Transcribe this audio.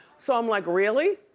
so i'm like really?